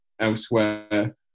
elsewhere